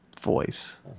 Voice